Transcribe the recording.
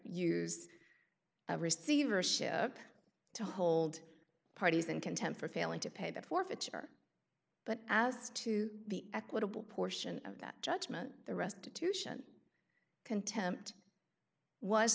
use a receivership to hold parties in contempt for failing to pay the forfeiture but as to the equitable portion of that judgment the restitution contempt was